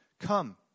come